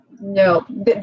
No